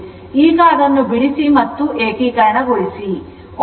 ಈಗ ಅದನ್ನು ಬಿಡಿಸಿ ಮತ್ತು ಅದನ್ನು ಏಕೀಕರಣಗೊಳಿಸಿ